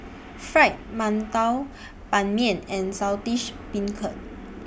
Fried mantou Ban Mian and Saltish Beancurd